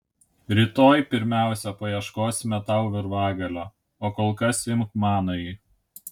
rytoj pirmiausia paieškosime tau virvagalio o kol kas imk manąjį